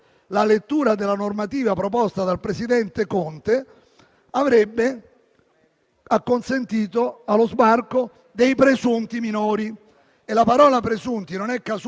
Il Ministro quindi si uniformava alla direttiva del Presidente del Consiglio, riconoscendone ovviamente l'autorità gerarchica superiore.